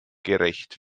gerecht